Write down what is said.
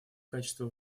качество